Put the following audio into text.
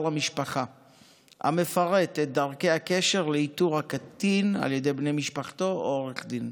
למשפחה המפרט את דרכי הקשר לאיתור הקטין על ידי בני משפחתו או עורך דין.